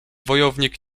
wojownik